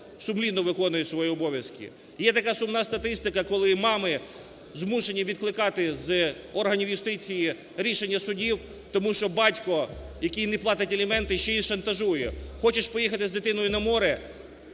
сумлінно виконує свої обов'язки. І є така сумна статистика, коли мами змушені відкликати з органів юстиції рішення судів, тому що батько, який не платить аліменти, ще і шантажує: хочеш поїхати з дитиною на море,